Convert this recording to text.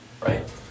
right